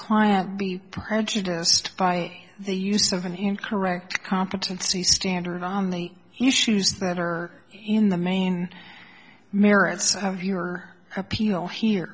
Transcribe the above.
client be prejudiced by the use of an incorrect competency standard on the issues that are in the main merits of your appeal here